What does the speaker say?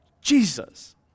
Jesus